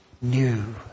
new